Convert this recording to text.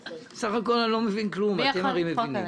בסך הכול אני לא מבין כלום, אתם הרי מבינים.